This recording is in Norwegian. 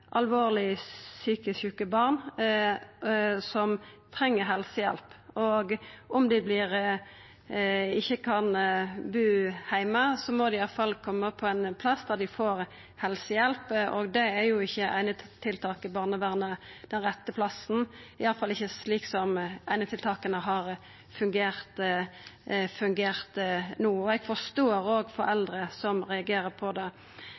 dei ikkje kan bu heime, må dei iallfall koma på ein plass der dei får helsehjelp, og einetiltak i barnevernet er jo ikkje den rette plassen, iallfall ikkje slik som einetiltaka har fungert no. Eg forstår òg foreldre som reagerer på det.